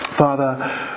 Father